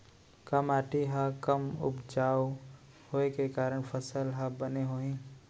का माटी हा कम उपजाऊ होये के कारण फसल हा बने होही?